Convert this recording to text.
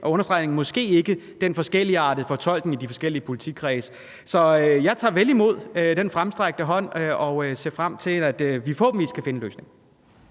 med understregning af måske ikke – forskelligartede fortolkning i de forskellige politikredse. Så jeg tager vel imod den fremstrakte hånd og ser frem til, at vi forhåbentlig skal finde en løsning.